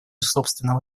собственного